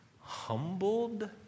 humbled